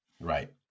Right